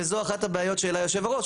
וזו אחת הבעיות שהעלה היושב-ראש.